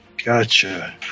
gotcha